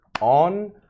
on